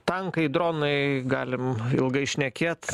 tankai dronai galim ilgai šnekėt